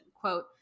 Quote